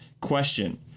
question